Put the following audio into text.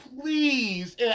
please